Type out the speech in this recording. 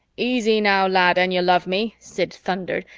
easy now, lad, and you love me! sid thundered,